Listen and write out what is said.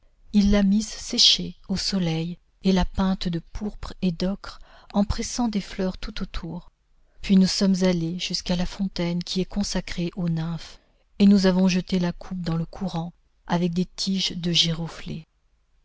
il l'a mise sécher au soleil et l'a peinte de pourpre et d'ocre en pressant des fleurs tout autour puis nous sommes allés jusqu'à la fontaine qui est consacrée aux nymphes et nous avons jeté la coupe dans le courant avec des tiges de giroflées